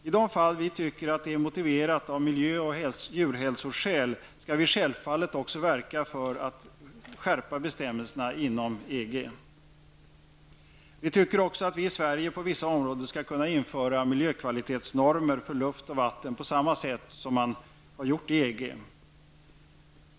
I de fall vi tycker det är motiverat av miljöeller djurhälsoskäl skall vi självfallet också verka för skärpta bestämmelser inom EG. Vi tycker också att vi i Sverige på vissa områden skall kunna införa miljökvalitetsnormer för luft och vatten på samma sätt som man gjort i EG.